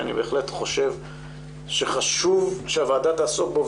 שאני בהחלט חושב שוועדה תעסוק בו,